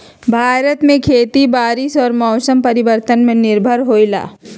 भारत में खेती बारिश और मौसम परिवर्तन पर निर्भर होयला